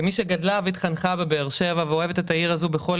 כמי שגדלה והתחנכה בבאר שבע ואוהבת את העיר הזאת בכל